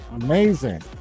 amazing